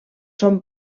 són